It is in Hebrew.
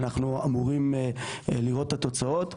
אנחנו אמורים לראות את התוצאות,